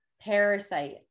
parasite